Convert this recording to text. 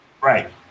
right